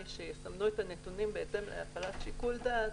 שיסמנו את הנתונים בהתאם להפעלת שיקול דעת,